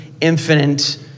infinite